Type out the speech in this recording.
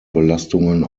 belastungen